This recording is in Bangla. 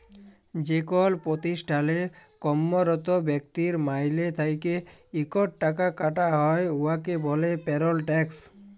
যেকল পতিষ্ঠালে কম্মরত ব্যক্তির মাইলে থ্যাইকে ইকট টাকা কাটা হ্যয় উয়াকে ব্যলে পেরল ট্যাক্স